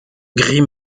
gris